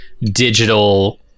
digital